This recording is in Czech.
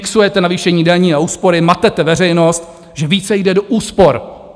Mixujete navýšení daní a úspory, matete veřejnost, že více jde do úspor.